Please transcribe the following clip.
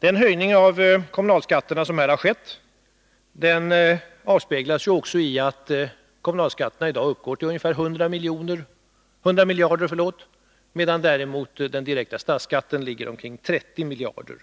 De höjningar av kommunalskatterna som skett avspeglas också i det faktum att kommunalskatterna i dag uppgår till ungefär 100 miljarder, medan däremot den direkta statsskatten uppgår till omkring 30 miljarder.